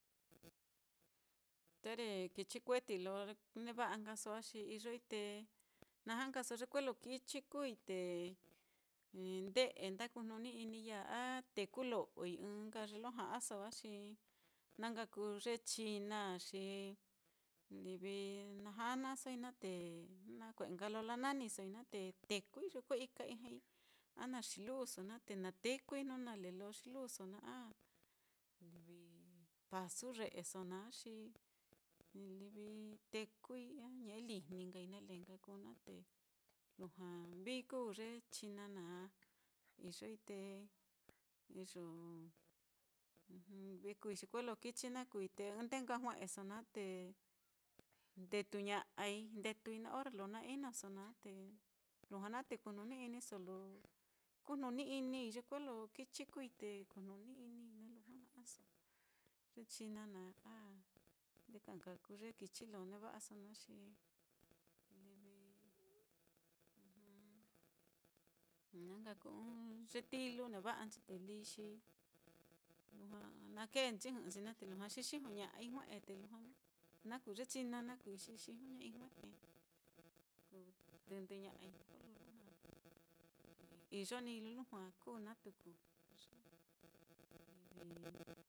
ta ye kichi kueti lo neva'a nkaso á, xi iyoi te na ja'a nkaso ye kuelo kichi kuui te nde'e nda kujnuni-inii ya á, a tekulo'oi, ɨ́ɨ́n nka ye lo ja'aso á, xi na nka kuu ye china á xi livi na janasoi naá, te nakue'e nka lo lananisoi naá te tekui ye kue ika ijñai, a na xiluso naá te na tekui jnu nale lo xiluso naá a livi pasu ye'eso naá, xi livi tekui a ñe'e lijni nkai nale nka kuu naá te lujua vií kuu ye china naá, iyoi te iyo vií kuui xi kuelo kichi naá kuui te ɨ́ɨ́n ndee nka jue'eso naá te ndetuña'ai, ndetui na orre lo na inoso naá te lujua naá te kujnuni-iniso lo kujnuni-inii ye kuelo kichi kuui te jnuni-inii naá lujua ja'aso ye china naá a nde ka nka kuu ye kichi lo neva'aso naá, xi livi na nka kuu ɨ́ɨ́n ye tilu neva'anchi, te líi xi lujua na keenchi jɨ'ɨnchi naá te lujua xixijoña'ai jue'e, te lujua na kuu ye china naá kuui xi xijoña'a jue'e kuu tɨndɨña'ai kolo lujua iyo níi lo lujua kuu naá tuku (te ye livi).